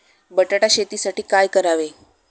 बटाटा शेतीसाठी काय करावे?